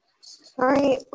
Sorry